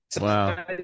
Wow